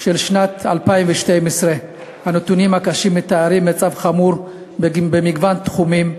של שנת 2012. הנתונים הקשים מתארים מצב חמור במגוון תחומים,